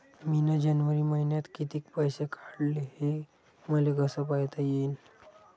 मिन जनवरी मईन्यात कितीक पैसे काढले, हे मले कस पायता येईन?